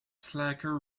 slacker